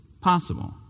possible